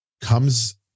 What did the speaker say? comes